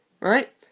right